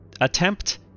attempt